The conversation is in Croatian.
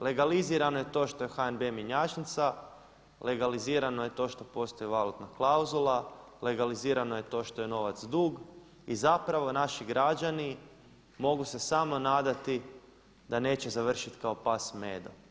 Legalizirano je to što je HNB mjenjačnica, legalizirano je to što postoji valutna klauzula, legalizirano je to što je novac dug i zapravo naši građani mogu se samo nadati da neće završiti kao pas Medo.